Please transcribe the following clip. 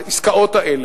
העסקאות האלה.